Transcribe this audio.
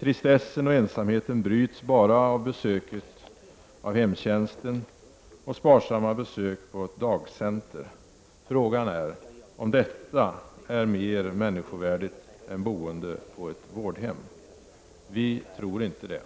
Tristessen och ensamheten bryts bara av besöket av hemtjänsten och sparsamma besök på ett dagcenter. Frågan är om detta är mer människovärdigt än boende på ett vårdhem. Vi tror inte det.